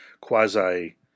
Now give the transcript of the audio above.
quasi